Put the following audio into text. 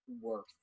worth